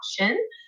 option